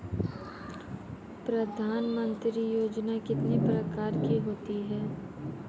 प्रधानमंत्री योजना कितने प्रकार की होती है?